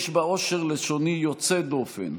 יש בה עושר לשוני יוצא דופן,